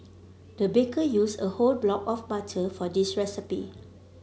the baker used a whole block of butter for this recipe